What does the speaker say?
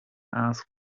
asked